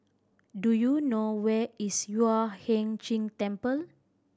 do you know where is Yueh Hai Ching Temple